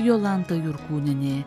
jolanta jurkūnienė